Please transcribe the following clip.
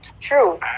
true